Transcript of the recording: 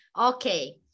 Okay